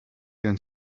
going